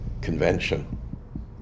Convention